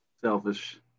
Selfish